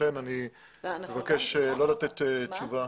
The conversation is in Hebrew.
לכן אני מבקש לא לתת תשובה.